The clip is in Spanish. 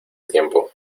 tiempo